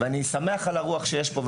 אני שמח על הרוח שיש פה,